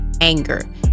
anger